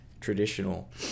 traditional –